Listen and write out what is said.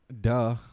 duh